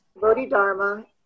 Bodhidharma